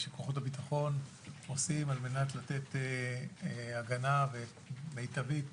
שכוחות הביטחון עושים על מנת לתת הגנה מיטבית